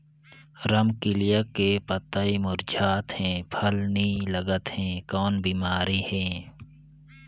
रमकलिया के पतई मुरझात हे फल नी लागत हे कौन बिमारी हे?